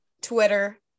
Twitter